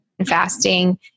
fasting